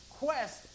quest